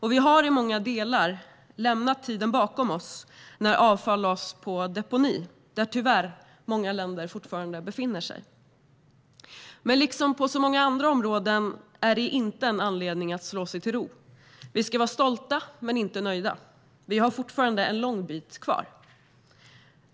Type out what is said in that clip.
Vi har också i många delar lämnat den tid bakom oss då avfall lades på deponi - där många länder tyvärr fortfarande befinner sig. Men liksom på så många andra områden är detta ingen anledning att slå sig till ro. Vi ska vara stolta men inte nöjda. Vi har fortfarande en lång bit kvar.